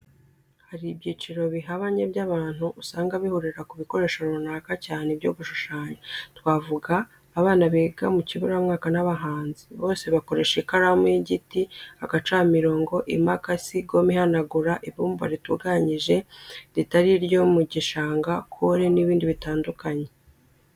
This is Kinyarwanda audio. Hari ibyiciro bihabanye by'abantu usanga bihurira ku bikoresho runaka cyane ibyo gushushanya, twavuga abana biga mu kiburamwaka n'abahanzi, bose bakoresha ikaramu y'igiti, agacamirongo, imakasi, gome ihanagura, ibumba ritunganije, ritari iryo mu gishanga, kore n'ibindi bitandukanye.